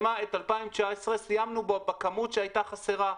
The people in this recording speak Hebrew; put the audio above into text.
את 2019 סיימנו בכמות שהייתה חסרה,